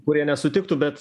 kurie nesutiktų bet